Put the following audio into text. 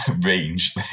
range